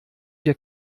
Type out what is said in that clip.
wir